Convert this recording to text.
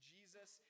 Jesus